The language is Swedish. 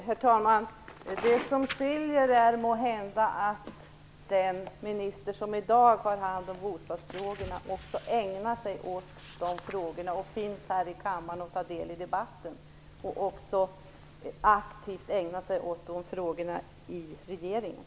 Herr talman! Det som skiljer är måhända att den minister som i dag har hand om bostadsfrågorna också ägnar sig åt de frågorna och tar del i debatten här i kammaren. Han ägnar sig också aktivt åt de frågorna i regeringen.